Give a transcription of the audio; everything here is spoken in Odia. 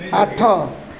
ଆଠ